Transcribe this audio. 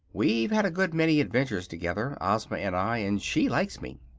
we've had a good many adventures together, ozma and i, and she likes me.